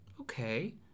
Okay